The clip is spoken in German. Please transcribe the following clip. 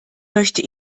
möchte